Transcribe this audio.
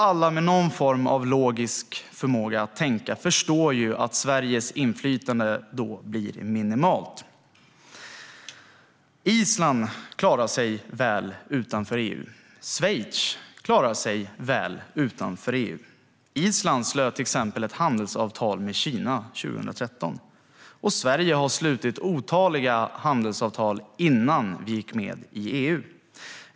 Alla med någon form av logisk förmåga att tänka förstår ju att Sveriges inflytande då blir minimalt. Island klarar sig väl utanför EU, och Schweiz klarar sig väl utanför EU. Island slöt till exempel ett handelsavtal med Kina 2013. Sverige har också slutit otaliga handelsavtal innan vi gick med i EU.